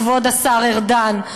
כבוד השר ארדן,